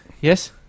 yes